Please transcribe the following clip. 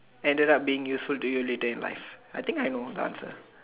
ended up being useful to you later in life I think I know the answer